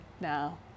now